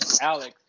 Alex